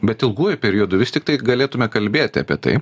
bet ilguoju periodu vis tiktai galėtume kalbėti apie tai